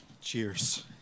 Cheers